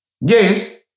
Yes